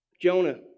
Jonah